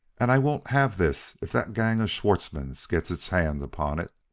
and i won't have this if that gang of schwartzmann's gets its hands upon it.